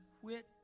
quit